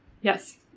Yes